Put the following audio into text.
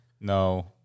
No